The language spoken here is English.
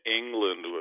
england